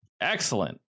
Excellent